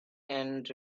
and